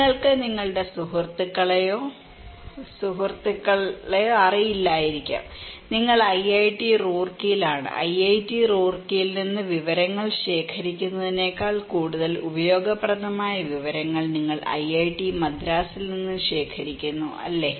നിങ്ങൾക്ക് നിങ്ങളുടെ സുഹൃത്തുക്കളെയോ സുഹൃത്തുക്കളെയോ സുഹൃത്തുക്കളെയോ സുഹൃത്തുക്കളെയോ അറിയില്ലായിരിക്കാം നിങ്ങൾ ഐഐടി റൂർക്കിയിലാണ് ഐഐടി റൂർക്കിയിൽ നിന്ന് വിവരങ്ങൾ ശേഖരിക്കുന്നതിനേക്കാൾ കൂടുതൽ ഉപയോഗപ്രദമായ വിവരങ്ങൾ നിങ്ങൾ ഐഐടി മദ്രാസിൽ നിന്ന് ശേഖരിക്കുന്നു അല്ലേ